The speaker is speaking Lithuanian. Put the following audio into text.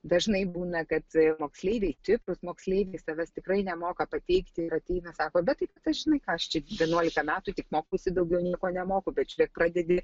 dažnai būna kad moksleiviai stiprūs moksleiviai savęs tikrai nemoka pateikti ir ateina sako bet tai tu žinai ką aš čia vienuolika metų tik mokausi daugiau nieko nemoku bet žiūrėk pradedi